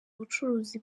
ubucuruzi